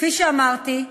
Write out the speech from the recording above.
כפי שאמרתי,